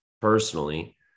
personally